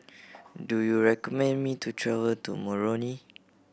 do you recommend me to travel to Moroni